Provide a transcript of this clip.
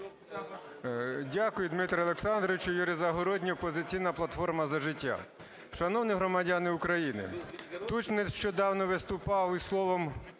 Дякую, Дмитре Олександровичу. Юрій Загородній, "Опозиційна платформа - За життя". Шановні громадяни України, тут нещодавно виступав із словом